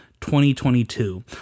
2022